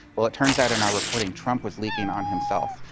well, it turns out, in our reporting, trump was leaking on himself.